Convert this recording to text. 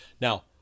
Now